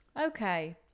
Okay